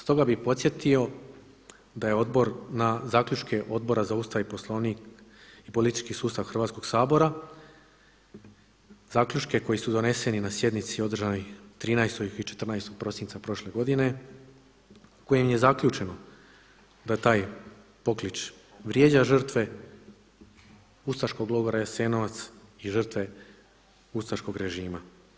Stoga bih podsjetio da je odbor na zaključke Odbora za Ustav i Poslovnik i politički sustav Hrvatskoga sabora, zaključke koji su doneseni na sjednici održanoj 13. i 14. prosinca prošle godine, kojim je zaključeno da taj poklič vrijeđa žrtve ustaškog logora Jasenovac i žrtve ustaškog režima.